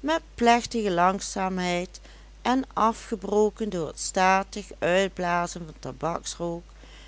met plechtige langzaamheid en afgebroken door het statig uitblazen van tabaksrook